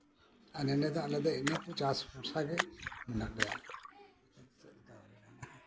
ᱟᱨ ᱱᱚᱰᱮ ᱫᱚ ᱟᱞᱮ ᱫᱚᱞᱮ ᱱᱤᱭᱟᱹ ᱠᱚ ᱪᱟᱥ ᱵᱷᱚᱨᱥᱟ ᱜᱮ ᱢᱮᱱᱟᱜ ᱞᱮᱭᱟ